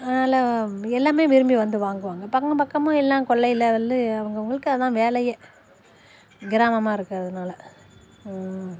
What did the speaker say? அதில் எல்லாம் விரும்பி வந்து வாங்குவாங்க பக்கம் பக்கமாக எல்லாம் கொல்லையில் வந்து அவங்கவுங்களுக்கு அதான் வேலையே கிராமமாக இருக்கிறதுனால